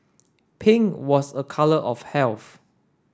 pink was a colour of health